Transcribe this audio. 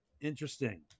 Interesting